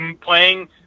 playing